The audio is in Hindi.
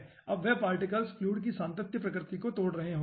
तो अब वे पार्टिकल्स फलुइड की सातत्य प्रकृति को तोड़ रहे होंगे